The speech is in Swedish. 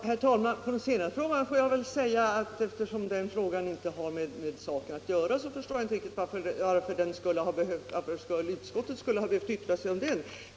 Herr talman! På den senare frågan får jag väl svara att eftersom den inte har med saken att göra förstår jag inte riktigt varför utskottet skulle ha behövt yttra sig om den.